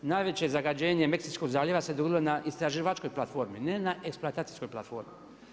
Najveće zagađenje Meksičkog zaljeva se dogodilo na istraživačkoj platformi, ne na eksploatacijskoj platformi.